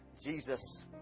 Jesus